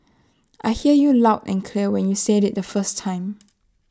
I heard you loud and clear when you said IT the first time